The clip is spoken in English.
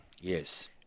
Yes